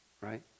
right